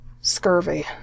Scurvy